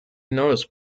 notice